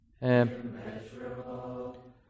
immeasurable